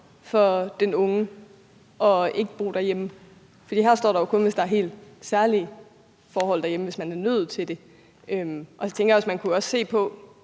for den unge ikke at bo derhjemme. For her står der jo kun, hvis der er helt særlige forhold, derhjemme, og hvis man er nødt til det. Jeg tænker også, at man kunne se på,